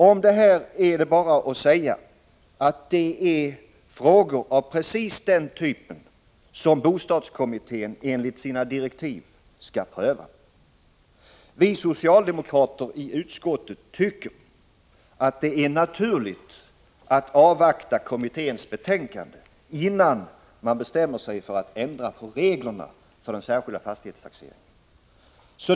Om detta är bara att säga att det här är frågor av precis den typ som bostadskommittén enligt sina direktiv skall pröva. Vi socialdemokrater i utskottet tycker att det är naturligt att avvakta kommitténs betänkande, innan man bestämmer sig för att ändra på reglerna för den särskilda fastighetstaxeringen.